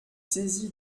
saisi